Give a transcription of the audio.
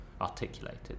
articulated